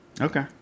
Okay